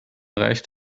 reicht